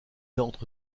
entre